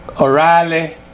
O'Reilly